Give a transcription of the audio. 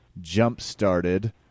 jump-started